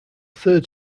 third